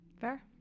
fair